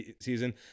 season